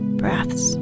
breaths